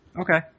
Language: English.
Okay